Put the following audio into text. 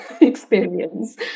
experience